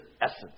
essence